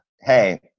Hey